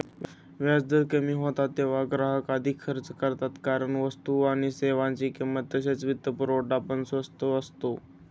व्याजदर कमी होतात तेव्हा ग्राहक अधिक खर्च करतात कारण वस्तू आणि सेवांची किंमत तसेच वित्तपुरवठा पण स्वस्त असतो